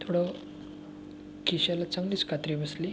थोडं खिशाला चांगलीच कात्री बसली